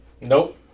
Nope